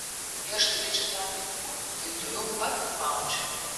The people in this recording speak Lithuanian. jei aš turėčiau tam pinigų tai tuojau pat maučiau